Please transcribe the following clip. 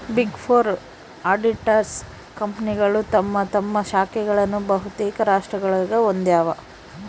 big four auditors ಕಂಪನಿಗಳು ತಮ್ಮ ತಮ್ಮ ಶಾಖೆಗಳನ್ನು ಬಹುತೇಕ ರಾಷ್ಟ್ರಗುಳಾಗ ಹೊಂದಿವ